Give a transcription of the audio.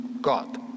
God